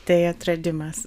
tai atradimas